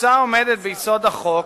התפיסה העומדת ביסוד החוק